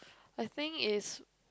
I think is